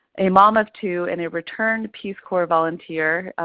a mom of two, and a returned peace corps volunteer,